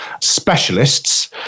specialists